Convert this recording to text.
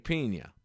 Pena